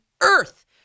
earth